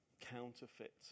counterfeit